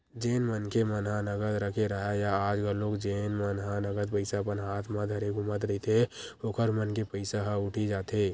जेन मनखे मन ह नगद रखे राहय या आज घलोक जेन मन ह नगद पइसा अपन हात म धरे घूमत रहिथे ओखर मन के पइसा ह उठी जाथे